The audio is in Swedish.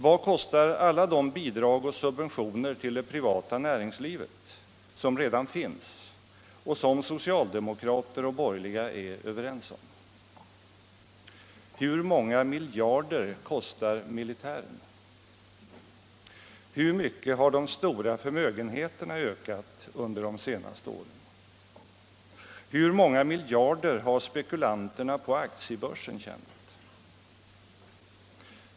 Vad kostar alla de bidrag och subventioner till det privata näringslivet som redan finns och som socialdemokrater och borgerliga är överens om? Hur många miljarder kostar militären? Hur mycket har de stora förmögenheterna ökat under de senaste åren? Hur många miljarder har spekulanterna på aktiebörsen tjänat?